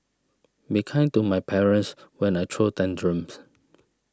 be kind to my parents when I throw tantrums